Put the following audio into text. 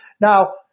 Now